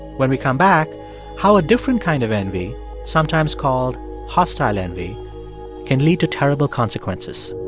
when we come back how a different kind of envy sometimes called hostile envy can lead to terrible consequences